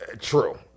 True